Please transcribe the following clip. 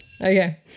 Okay